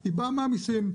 מהמיסים.